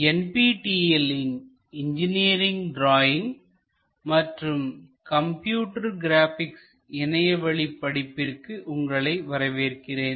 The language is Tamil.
NPTEL லின் இன்ஜினியரிங் டிராயிங் மற்றும் கம்ப்யூட்டர் கிராபிக்ஸ் இணையவழி படிப்பிற்கு உங்களை வரவேற்கிறேன்